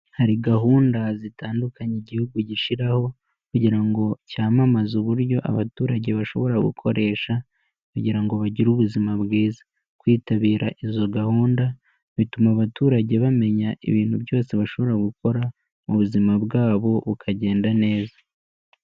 Hari gahunda zitandukanye igihugu gishyiraho kugira ngo cyamamaze uburyo abaturage bashobora gukoresha kugira ngo bagire ubuzima bwiza. Kwitabira izo gahunda bituma abaturage bamenya ibintu byose bashobora gukora, mu buzima bwabo bukagenda neza.